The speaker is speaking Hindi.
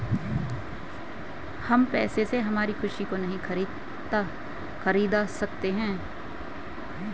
हम पैसे से हमारी खुशी को नहीं खरीदा सकते है